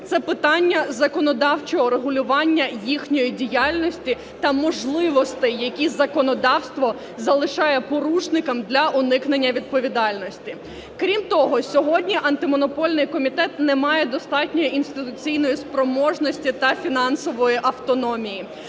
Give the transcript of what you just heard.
Це питання законодавчого регулювання їхньої діяльності та можливостей, які законодавство залишає порушникам для уникнення відповідальності. Крім того, сьогодні Антимонопольний комітет не має достатньої інституційної спроможності та фінансової автономії.